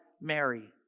Mary